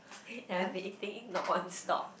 yea I been eating non stop